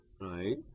right